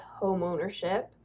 homeownership